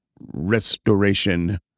Restoration